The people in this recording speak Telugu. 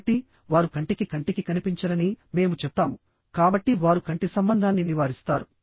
కాబట్టి వారు కంటికి కంటికి కనిపించరని మేము చెప్తాము కాబట్టి వారు కంటి సంబంధాన్ని నివారిస్తారు